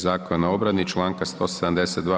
Zakona o obrani i članka 172.